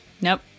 Nope